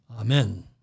Amen